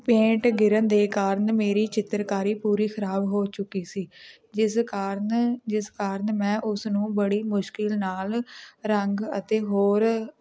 paint ਗਿਰਨ ਦੇ ਕਾਰਨ ਮੇਰੀ ਚਿੱਤਰਕਾਰੀ ਪੂਰੀ ਖਰਾਬ ਹੋ ਚੁੱਕੀ ਸੀ ਜਿਸ ਕਾਰਨ ਜਿਸ ਕਾਰਨ ਮੈਂ ਉਸ ਨੂੰ ਬੜੀ ਮੁਸ਼ਕਿਲ ਨਾਲ ਰੰਗ ਅਤੇ ਹੋਰ